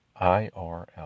IRL